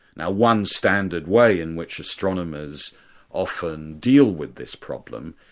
now one standard way in which astronomers often deal with this problem,